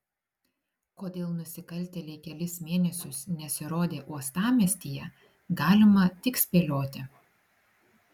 kodėl nusikaltėliai kelis mėnesius nesirodė uostamiestyje galima tik spėlioti